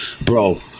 bro